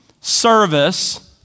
service